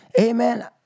amen